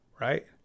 Right